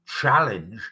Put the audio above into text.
challenge